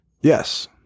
Yes